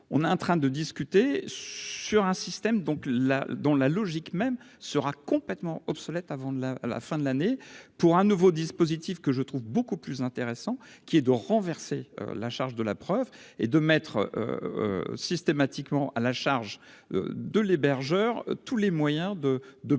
on est en train de discuter sur un système donc là, dans la logique même sera complètement obsolète avant de la la fin de l'année pour un nouveau dispositif que je trouve beaucoup plus intéressant, qui est de renverser la charge de la preuve et de mettre systématiquement à la charge de l'hébergeur, tous les moyens de de